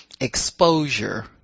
exposure